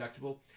deductible